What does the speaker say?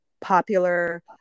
popular